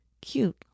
cute